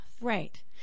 Right